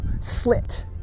slit